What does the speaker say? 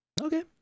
Okay